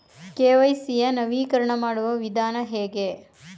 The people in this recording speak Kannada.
ಕೆ.ವೈ.ಸಿ ಯ ನವೀಕರಣ ಮಾಡುವ ವಿಧಾನ ಹೇಗೆ?